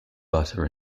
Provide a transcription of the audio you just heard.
butter